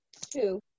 Two